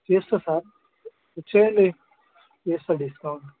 చేస్తా సార్ ఇచ్చేయండి వేస్తా డిస్కౌంటు